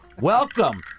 Welcome